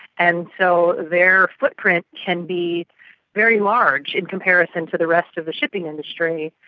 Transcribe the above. and so their footprint can be very large in comparison to the rest of the shipping industry.